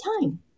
time